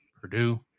Purdue